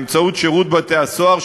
באמצעות שירות בתי-הסוהר,